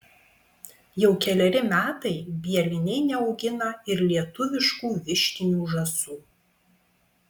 jau keleri metai bieliniai neaugina ir lietuviškų vištinių žąsų